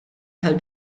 tal